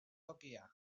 tokia